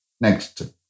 Next